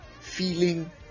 feeling